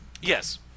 Yes